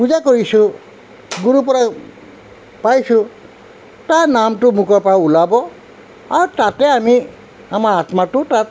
পূজা কৰিছোঁ গুৰুৰ পৰা পাইছোঁ তাৰ নামটো মুখৰ পৰা ওলাব আৰু তাতে আমি আমাৰ আত্মাটো তাত